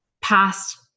past